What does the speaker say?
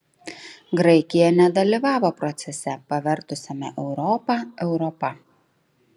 graikija nedalyvavo procese pavertusiame europą europa